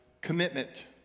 commitment